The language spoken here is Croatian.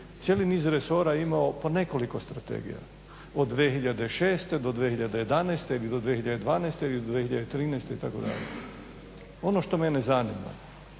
cijeli niz resora je imao po nekoliko strategija od 2006. do 2011. ili do 2012. ili do 2013. itd. Ono što mene zanima